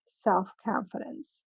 self-confidence